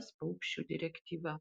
es paukščių direktyva